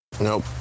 Nope